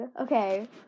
Okay